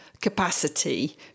capacity